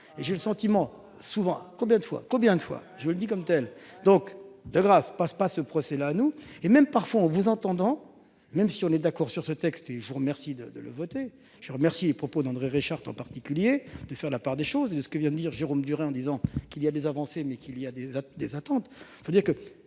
et j'ai le sentiment, souvent, combien de fois, combien de fois je le dis comme telle. Donc de grâce passe pas ce procès là nous et même parfois on vous entendant même si on est d'accord sur ce texte et je vous remercie de de le voter. Je remercie les propos d'André Reichardt en particulier de faire la part des choses et de ce que vient de dire Jérôme Durain en disant qu'il y a des avancées mais qu'il y a des autres